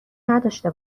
نداشته